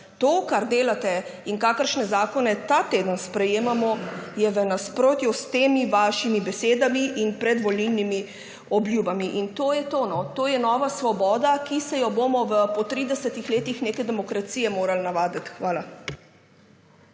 To, kar delate in kakršne zakone ta teden sprejemamo je v nasprotju s temi vašimi besedami in predvolilnimi obljubami. In to je to. To je nova svoboda, ki se je bomo po 30 letih neke demokracije morali navaditi. Hvala.